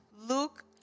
Luke